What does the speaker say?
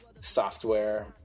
software